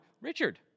Richard